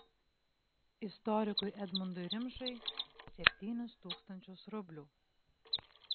istorikui edmundui rimšai septynis tūkstančius rublių